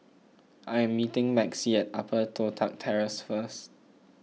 I am meeting Maxie at Upper Toh Tuck Terrace first